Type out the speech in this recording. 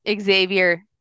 Xavier